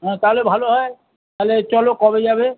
হ্যাঁ তাহলে ভালো হয় তাহলে চলো কবে যাবে